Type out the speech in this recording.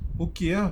okay ah